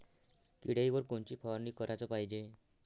किड्याइवर कोनची फवारनी कराच पायजे?